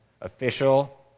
official